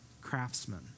craftsmen